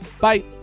Bye